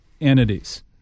entities